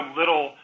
little